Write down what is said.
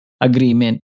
agreement